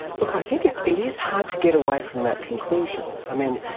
look, i think it it is hard to get away from that conclusion. i mean,